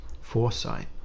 foresight